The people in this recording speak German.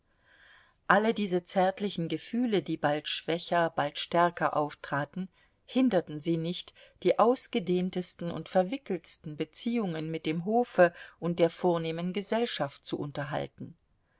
alle diese zärtlichen gefühle die bald schwächer bald stärker auftraten hinderten sie nicht die ausgedehntesten und verwickeltsten beziehungen mit dem hofe und der vornehmen gesellschaft zu unterhalten